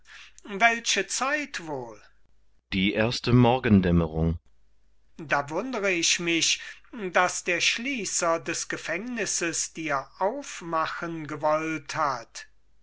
welche zeit wohl kriton die erste morgendämmerung sokrates da wundere ich mich daß der schließer des gefängnisses dir aufmachen gewollt hat